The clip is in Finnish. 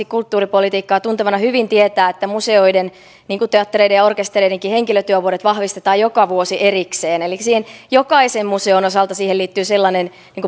kulttuuripolitiikkaa tuntevana hyvin tietää että museoiden niin kuin teattereiden ja orkestereidenkin henkilötyövuodet vahvistetaan joka vuosi erikseen eli jokaisen museon osalta siihen liittyy sellainen